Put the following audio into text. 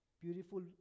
Beautiful